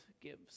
gives